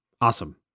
awesome